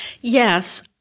Yes